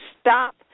stop